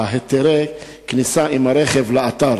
היה היתרי כניסה עם רכב לאתר.